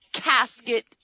Casket